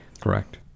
correct